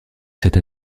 cette